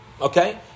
Okay